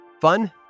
Fun